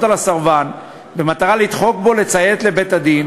על הסרבן במטרה לדחוק בו לציית לבית-הדין